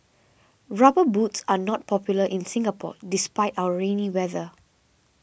rubber boots are not popular in Singapore despite our rainy weather